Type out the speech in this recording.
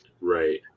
right